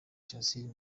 shassir